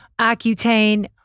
Accutane